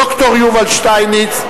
ד"ר יובל שטייניץ,